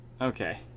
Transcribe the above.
Okay